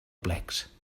plecs